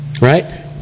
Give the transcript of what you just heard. right